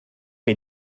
que